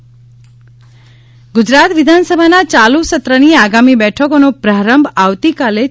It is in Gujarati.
ગુજરાત વિધાનસભા ગુજરાત વિધાનસભાના ચાલુ સત્રની આગામી બેઠકોનો પ્રારંભ આવતીકાલે તા